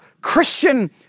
Christian